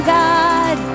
god